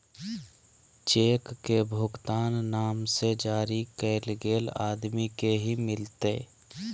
cheque के भुगतान नाम से जरी कैल गेल आदमी के ही मिलते